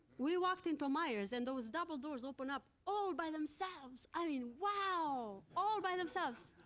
we walked into meijer's, and those double doors open up all by themselves! i mean, wow! all by themselves!